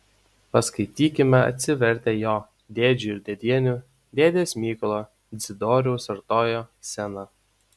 paskaitykime atsivertę jo dėdžių ir dėdienių dėdės mykolo dzidoriaus artojo sceną